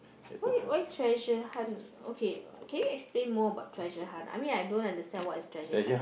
why why treasure hunt okay can you explain more about treasure hunt I mean I don't understand what is treasure hunt